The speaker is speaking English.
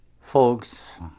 folks